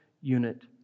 unit